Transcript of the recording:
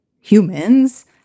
humans